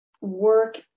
work